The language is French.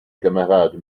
camarade